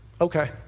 Okay